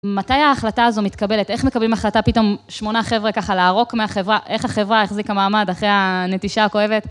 מתי ההחלטה הזו מתקבלת? איך מקבלים החלטה פתאום 8 חבר'ה ככה לערוק מהחברה, איך החברה החזיק המעמד אחרי הנטישה הכואבת?